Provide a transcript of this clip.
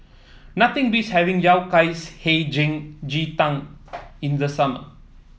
nothing beats having Yao Cai Hei Jim Ji Tang in the summer